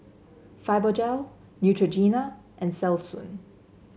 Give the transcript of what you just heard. Fibogel Neutrogena and Selsun